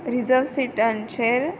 reserve सिटांचेर